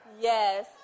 Yes